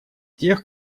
тех